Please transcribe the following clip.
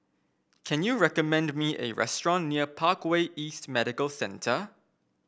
can you recommend me a restaurant near Parkway East Medical Centre